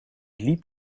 liep